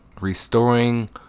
restoring